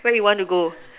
where you want to go